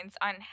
on